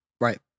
Right